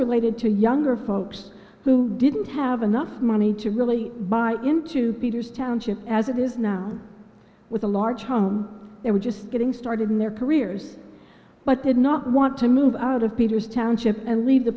related to younger folks who didn't have enough money to really buy into peter's township as it is now with a large home they were just getting started in their careers but did not want to move out of peter's township and leave the